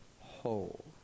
whole